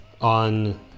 on